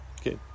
Okay